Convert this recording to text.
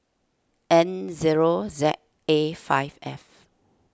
N zero Z A five F